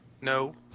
No